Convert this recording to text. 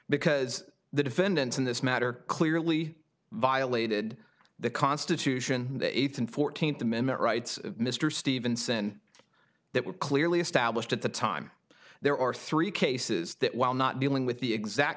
because the defendant in this matter clearly violated the constitution the eighth and fourteenth amendment rights mr stevenson that were clearly established at the time there are three cases that while not dealing with the exact